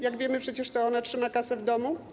Jak wiemy, przecież to ona trzyma kasę w domu.